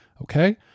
Okay